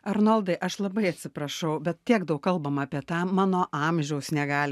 arnoldai aš labai atsiprašau bet tiek daug kalbama apie tą mano amžiaus negali